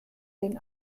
den